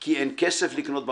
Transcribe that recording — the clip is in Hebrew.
כי אין כסף לקנות במכולת.